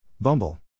Bumble